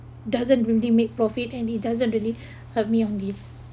doesn't really make profit and it doesn't really help me on this